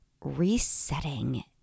resetting